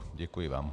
Děkuji vám.